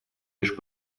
лишь